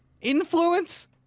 Influence